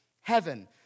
heaven